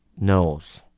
knows